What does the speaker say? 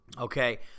Okay